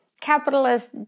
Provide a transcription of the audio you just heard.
capitalist